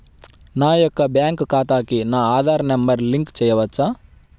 నా యొక్క బ్యాంక్ ఖాతాకి నా ఆధార్ నంబర్ లింక్ చేయవచ్చా?